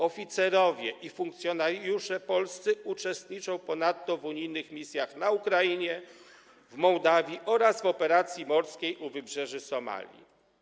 Oficerowie i funkcjonariusze polscy uczestniczą ponadto w unijnych misjach na Ukrainie, w Mołdawii oraz w operacji morskiej u wybrzeży Somalii.